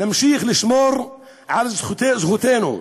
נמשיך לשמור על זכותנו,